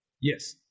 yes